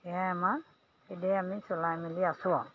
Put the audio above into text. সেয়াই আমাৰ এতিয়া আমি চলাই মেলি আছোঁ আও